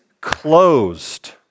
closed